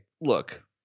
look